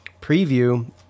preview